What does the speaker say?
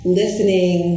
listening